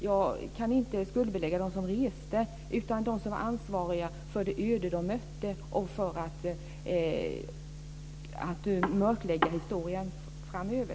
Jag kan inte skuldbelägga dem som reste, utan jag söker de som är ansvariga för det öde de mötte och för att mörklägga historien framöver.